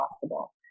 possible